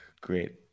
great